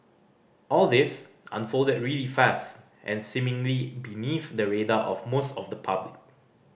all this unfolded really fast and seemingly beneath the radar of most of the public